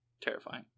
terrifying